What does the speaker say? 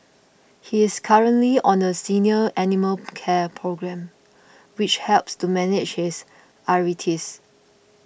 he is currently on a senior animal care programme which helps to manage his arthritis